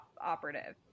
operative